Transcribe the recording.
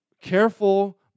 careful